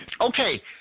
Okay